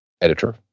editor